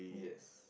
yes